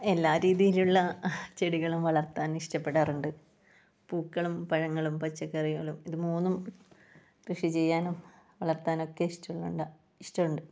എല്ലാ രീതിയിലുള്ള ചെടികളും വളർത്താൻ ഇഷ്ടപ്പെടാറുണ്ട് പൂക്കളും പഴങ്ങളും പച്ചക്കറികളും ഇത് മൂന്നും കൃഷി ചെയ്യാനും വളർത്താനും ഒക്കെ ഇഷ്ടമുണ്ട് ഇഷ്ടമുണ്ട്